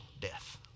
death